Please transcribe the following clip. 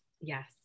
yes